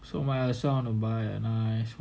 so what else you wanna buy a nice